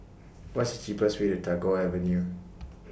What IS The cheapest Way to Tagore Avenue